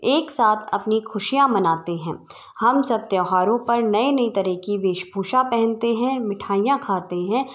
एक साथ अपनी खुशियाँ मनाते हैं हम सब त्यौहारों पर नए नए तरह की वेशभूषा पहनते हैं मिठाइयाँ खाते हैं